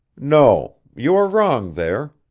no, you are wrong there,